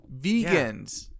Vegans